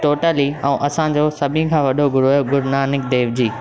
totally अऊं असांजो सभिनि खां वॾो गुरू आहे गुरु नानक देव जी